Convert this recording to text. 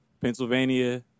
Pennsylvania